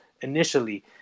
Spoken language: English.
initially